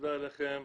תודה לכם.